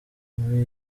muri